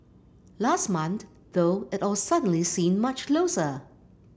last month though it all suddenly seemed much closer